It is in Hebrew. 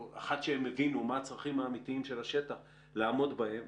שהם הבינו מה הצרכים האמיתיים של השטח, לעמוד בהם.